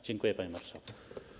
Dziękuję, panie marszałku.